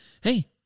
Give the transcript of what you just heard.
hey